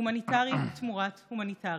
הומניטרי תמורת הומניטרי.